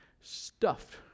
stuffed